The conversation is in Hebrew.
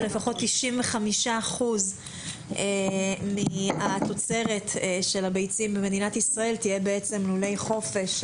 שלפחות 95% מהתוצרת של הביצים במדינת ישראל תהיה לולי חופש.